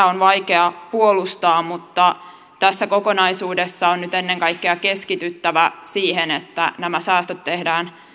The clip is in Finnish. on vaikea puolustaa mutta tässä kokonaisuudessa on nyt ennen kaikkea keskityttävä siihen että nämä säästöt tehdään